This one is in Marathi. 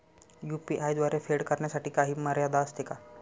यु.पी.आय द्वारे फेड करण्यासाठी काही मर्यादा असते का?